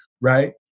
right